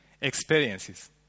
experiences